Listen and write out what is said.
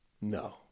no